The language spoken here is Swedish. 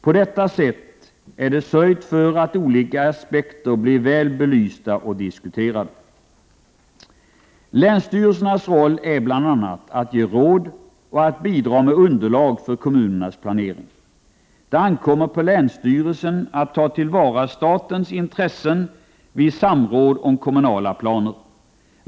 På detta sätt är det sörjt för att olika aspekter blir väl belysta och diskuterade. Länsstyrelsernas roll är bl.a. att ge råd och att bidra med underlag för kommunernas planering. Det ankommer på länsstyrelsen att ta till vara statens intressen vid samråd om kommunala planer.